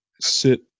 sit